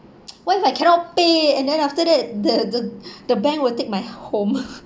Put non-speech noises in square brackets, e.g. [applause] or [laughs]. [noise] what if I cannot pay and then after that the the [breath] the bank will take my home [laughs]